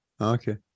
Okay